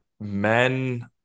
men